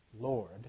Lord